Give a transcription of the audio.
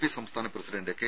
P സംസ്ഥാന president K